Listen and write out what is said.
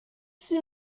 six